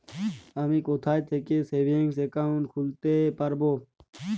আমি কোথায় থেকে সেভিংস একাউন্ট খুলতে পারবো?